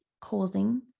causing